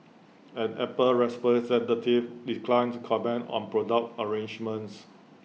an Apple declined to comment on product arrangements